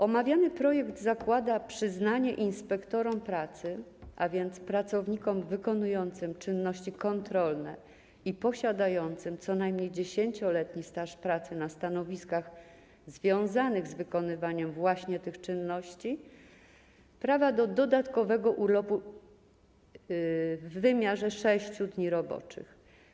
Omawiany projekt zakłada przyznanie inspektorom pracy, a więc pracownikom wykonującym czynności kontrolne i posiadającym co najmniej 10-letni staż pracy na stanowiskach związanych z wykonywaniem właśnie tych czynności, prawa do dodatkowego urlopu w wymiarze 6 dni roboczych.